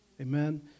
Amen